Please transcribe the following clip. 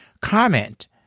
comment